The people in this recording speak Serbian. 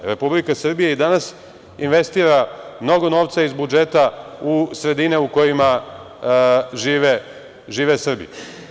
Republika Srbija i danas investira mnogo novca iz budžeta u sredine u kojima žive Srbi.